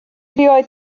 rioed